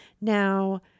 Now